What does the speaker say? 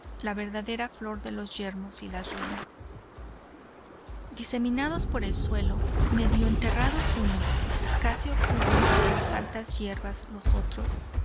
la verdadera flor de los yermos y las ruinas diseminados por el suelo medio enterrados unos casi ocultos por las altas hierbas los otros